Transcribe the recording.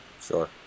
Sure